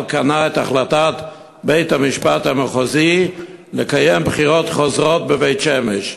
כנה את החלטת בית-המשפט המחוזי לקיים בחירות חוזרות בבית-שמש.